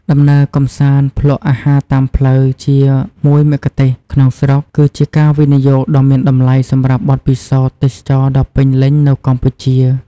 ដំណើរកម្សាន្តភ្លក្សអាហារតាមផ្លូវជាមួយមគ្គុទ្ទេសក៍ក្នុងស្រុក គឺជាការវិនិយោគដ៏មានតម្លៃសម្រាប់បទពិសោធន៍ទេសចរណ៍ដ៏ពេញលេញនៅកម្ពុជា។